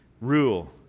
rule